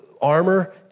armor